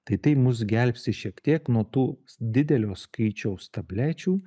tai tai mus gelbsti šiek tiek nuo tų didelio skaičiaus tablečių